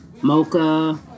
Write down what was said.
Mocha